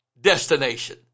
destination